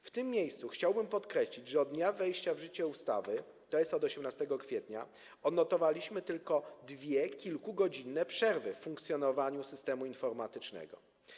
W tym miejscu chciałbym podkreślić, że od dnia wejścia w życie ustawy, tj. od 18 kwietnia, odnotowaliśmy tylko dwie kilkugodzinne przerwy w funkcjonowaniu systemu informatycznego.